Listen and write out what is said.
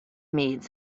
meets